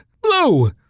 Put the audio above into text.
Blue